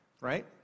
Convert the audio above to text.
right